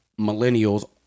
millennials